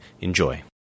Enjoy